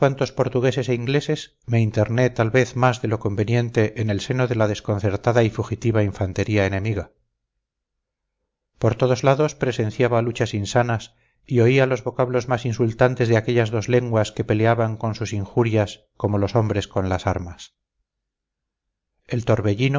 portugueses e ingleses me interné tal vez más de lo conveniente en el seno de la desconcertada y fugitiva infantería enemiga por todos lados presenciaba luchas insanas y oía los vocablos más insultantes de aquellas dos lenguas que peleaban con sus injurias como los hombres con las armas el torbellino